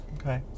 okay